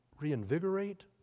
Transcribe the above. reinvigorate